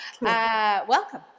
welcome